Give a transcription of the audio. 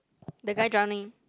the guy drowning